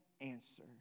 answer